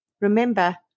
Remember